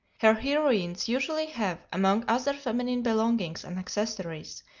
her heroines usually have, among other feminine belongings and accessories,